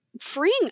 Freeing